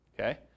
Okay